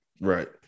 Right